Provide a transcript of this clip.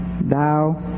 Thou